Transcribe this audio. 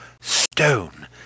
stone